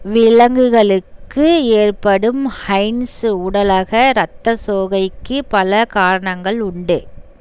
விலங்குகளுக்கு ஏற்படும் ஹய்ன்ஸ் உடலக இரத்தச் சோகைக்கு பல காரணங்கள் உண்டு